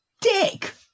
dick